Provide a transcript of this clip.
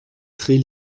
très